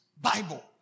Bible